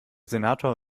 senator